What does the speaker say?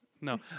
no